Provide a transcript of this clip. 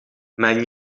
mijn